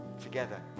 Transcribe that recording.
together